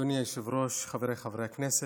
אדוני היושב-ראש, חבריי חברי הכנסת,